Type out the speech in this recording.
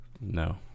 No